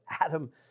Adam